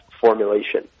formulation